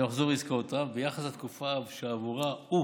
במחזור עסקאותיו ביחס לתקופה שעבורה הוא